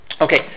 Okay